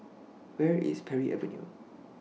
Where IS Parry Avenue